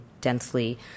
densely